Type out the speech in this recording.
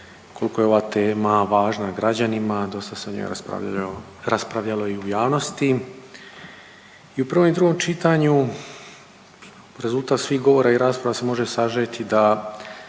koliko je ova tema važna građanima. Dosta se o njoj raspravljalo i u javnosti. I u prvom i drugom čitanju rezultat svih govora i rasprava se može sažeti da